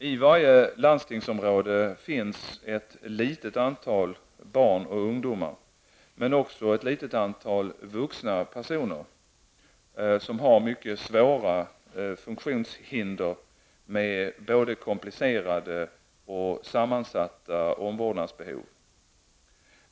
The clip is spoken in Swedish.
I varje landstingsområde finns ett litet antal barn och ungdomar -- men också ett litet antal vuxna personer -- som har mycket svåra funktionshinder med både komplicerade och sammansatta omvårdnadsbehov.